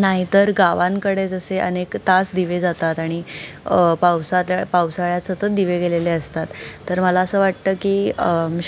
नाही तर गावांकडे जसे अनेक तास दिवे जातात आणि पावसातळ्या पावसाळ्यात सतत दिवे गेलेले असतात तर मला असं वाटतं की